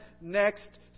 next